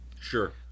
Sure